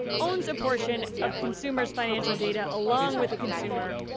owns a portion of consumers financial data along with the consumer.